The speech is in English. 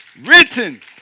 written